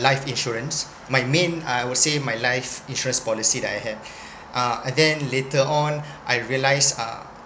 life insurance my main I will say my life insurance policy that I have uh and then later on I realized uh